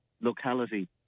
locality